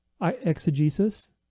exegesis